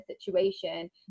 situation